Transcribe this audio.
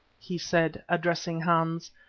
he said, addressing hans,